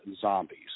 zombies